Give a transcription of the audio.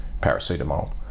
paracetamol